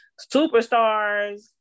superstars